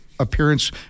appearance